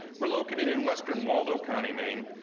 we're located in western waldo county, maine.